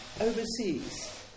overseas